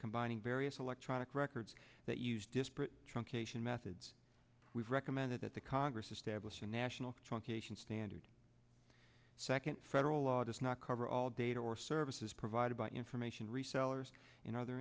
combining various electronic records that use disparate truncation methods we've recommended that the congress establish a national truncation standard second federal law does not cover all data or services provided by information resellers in other